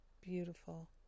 beautiful